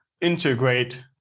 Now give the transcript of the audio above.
integrate